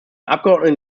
abgeordneten